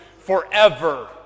forever